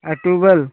October